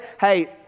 Hey